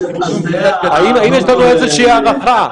האם יש לנו איזושהי הערכה?